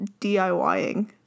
DIYing